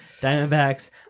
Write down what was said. Diamondbacks